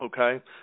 Okay